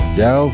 yo